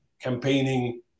campaigning